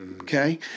okay